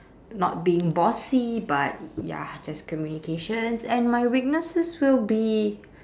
not being bossy but ya just communications and my weaknesses will be